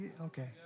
Okay